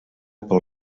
pel